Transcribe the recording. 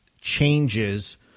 changes